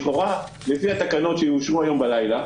לפי התקנות שיאושרו הלילה,